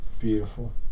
Beautiful